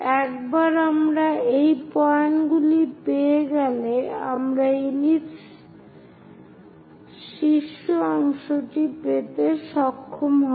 একবার আমরা এই পয়েন্টগুলি পেয়ে গেলে আমরা ইলিপস শীর্ষ অংশটি পেতে সক্ষম হব